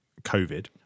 covid